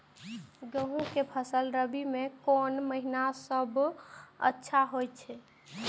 गेहूँ के फसल रबि मे कोन महिना सब अच्छा होयत अछि?